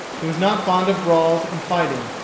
he was not fond of brawls and fighting.